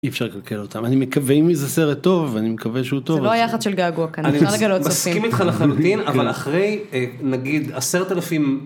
אי אפשר לקלקל אותם אני מקווה אם זה סרט טוב ואני מקווה שהוא טוב אבל אחרי נגיד 10,000.